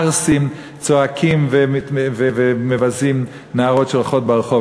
"ערסים" צועקים ומבזים נערות שהולכות ברחוב,